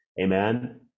amen